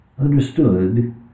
understood